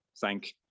thank